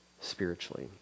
spiritually